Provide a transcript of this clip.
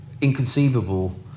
inconceivable